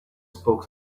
spoke